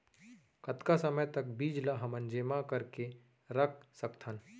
कतका समय तक बीज ला हमन जेमा करके रख सकथन?